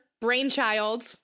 brainchild